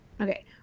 Okay